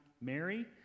Mary